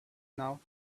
now